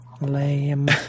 Lame